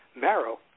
marrow